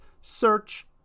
search